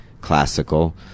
classical